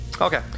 okay